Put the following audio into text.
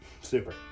super